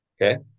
Okay